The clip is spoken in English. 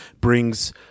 brings